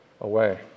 away